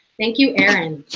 thank you, aaron.